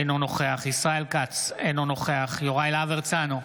אינו נוכח ישראל כץ, אינו נוכח יוראי להב הרצנו,